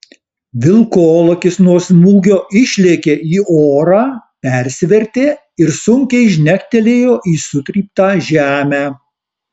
vilkolakis nuo smūgio išlėkė į orą persivertė ir sunkiai žnektelėjo į sutryptą žemę